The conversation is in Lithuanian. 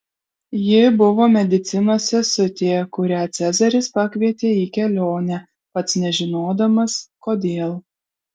ji buvo medicinos sesutė kurią cezaris pakvietė į kelionę pats nežinodamas kodėl